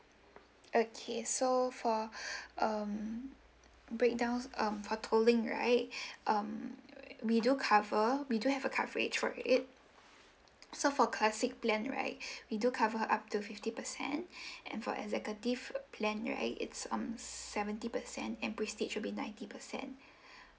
okay so for um breakdowns um for tolling right um we do cover we do have a coverage for it so for classic plan right we do cover up to fifty percent and for executive plan right it's um seventy percent and prestige would be ninety percent